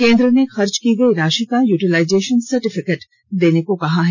केंद्र ने खर्च की गयी राशि का यूटिलाइजेशन सर्टिफिकेट देने को कहा है